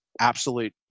absolute